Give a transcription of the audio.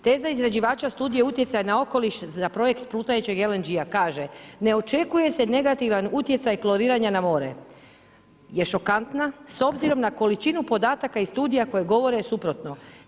Teza izrađivača studije utjecaja na okoliš za projekt plutajućeg LNG-a kaže ne očekuje se negativan utjecaj kloriranja na more je šokantna s obzirom na količinu podataka i studija koje govore suprotno.